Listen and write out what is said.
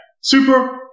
Super